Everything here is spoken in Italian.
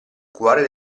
cuore